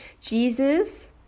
Jesus